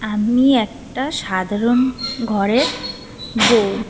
আমি একটা সাধারণ ঘরের বউ